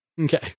Okay